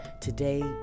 Today